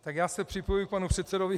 Tak já se připojuji k panu předsedovi.